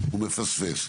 הוא מפספס.